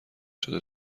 شده